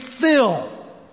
fill